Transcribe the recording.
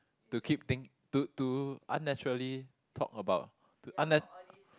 to keep think to to unnaturally talk about to unna~